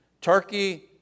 Turkey